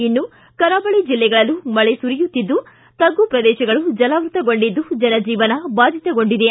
ಇನ್ನೂ ಕರಾವಳಿ ಜಿಲ್ಲೆಗಳಲ್ಲೂ ಮಳೆ ಸುರಿಯುತ್ತಿದ್ದು ತಗ್ಗು ಪ್ರದೇಶಗಳು ಜಲಾವೃತಗೊಂಡಿದ್ದು ಜನಜೀವನ ಬಾಧಿತಗೊಂಡಿದೆ